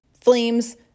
flames